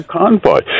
convoy